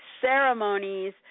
ceremonies